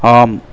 ஆம்